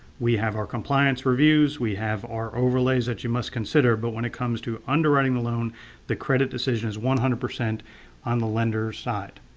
we have our compliance reviews. we have our overlays that you must consider. but when it comes to underwriting the loan the credit decision is one hundred percent on the lender's side.